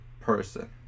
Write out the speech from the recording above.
person